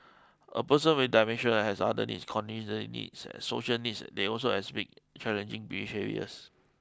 a person with dementia has other needs cognitive needs social needs they also exhibit challenging behaviours